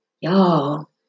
Y'all